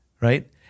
right